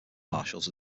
marshals